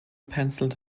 penciled